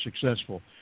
successful